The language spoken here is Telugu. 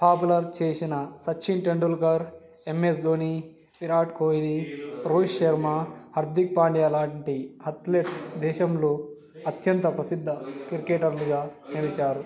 పాపులర్ చేసిన సచిన్ టెండూల్కర్ ఎంఎస్ ధోని విరాట్ కోహ్లి రోహిత్ శర్మ హార్దిక్ పాండ్య లాంటి అథ్లెట్స్ దేశంలో అత్యంత ప్రసిద్ధ క్రికెటర్లుగా నిలిచారు